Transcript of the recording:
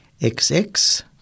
XX